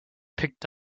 picked